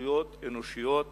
זכויות אנושיות